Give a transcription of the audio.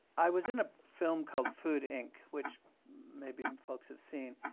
i was in a film called food inc, which maybe folks have seen.